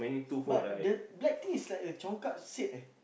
but the black thing is like a congkak seed eh